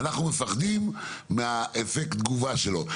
אבל אתם מפחדים מאפקט התגובה של זה,